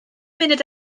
munud